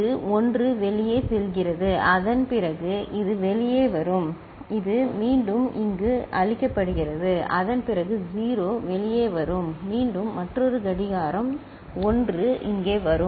இது ஒன்று வெளியே செல்கிறது அதன் பிறகு இது வெளியே வரும் இது மீண்டும் இங்க அளிக்கப்படுகிறது அதன் பிறகு 0 வெளியே வரும் மீண்டும் மற்றொரு கடிகாரம் 1 இங்கே வரும்